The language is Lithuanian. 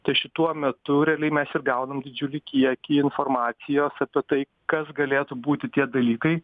tai šituo metu realiai mes ir gaunam didžiulį kiekį informacijos apie tai kas galėtų būti tie dalykai